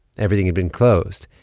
everything had been closed.